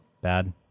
Bad